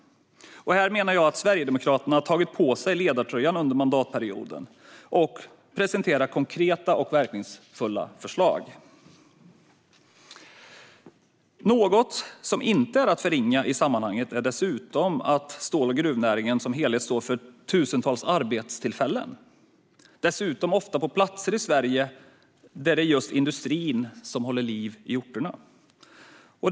Jag menar att Sverigedemokraterna här har tagit på sig ledartröjan under mandatperioden och presenterar konkreta och verkningsfulla förslag. Något som inte heller är att förringa är att stål och gruvnäringen som helhet står för tusentals arbetstillfällen - dessutom ofta på platser i Sverige där det är just industrin som håller liv i orterna.